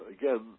again